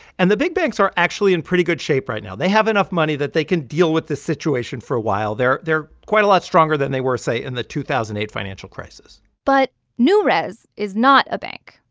and the big banks are actually in pretty good shape right now. they have enough money that they can deal with this situation for a while. they're they're quite a lot stronger than they were, say, in the two thousand and eight financial crisis but newrez is not a bank.